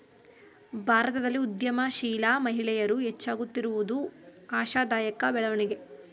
ಭಾರತದಲ್ಲಿ ಉದ್ಯಮಶೀಲ ಮಹಿಳೆಯರು ಹೆಚ್ಚಾಗುತ್ತಿರುವುದು ಆಶಾದಾಯಕ ಬೆಳವಣಿಗೆ